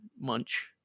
munch